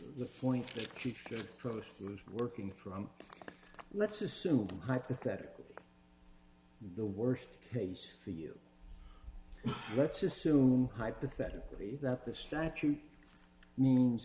keep working from let's assume hypothetically the worst case for you let's assume hypothetically that the statute means